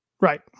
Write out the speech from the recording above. Right